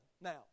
now